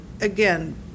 Again